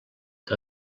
que